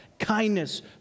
kindness